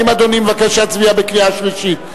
האם אדוני מבקש שנצביע בקריאה שלישית?